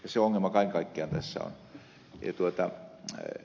se ongelma kaiken kaikkiaan tässä on